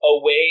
away